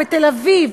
בתל-אביב,